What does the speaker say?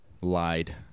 lied